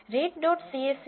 read dot CSV read